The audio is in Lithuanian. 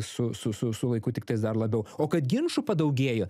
su su su su laiku tiktais dar labiau o kad ginčų padaugėjo